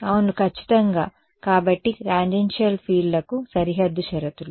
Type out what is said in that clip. అవును ఖచ్చితంగా కాబట్టి టాంజెన్షియల్ ఫీల్డ్ లకు సరిహద్దు షరతులు